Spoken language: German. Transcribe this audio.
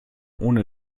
ohne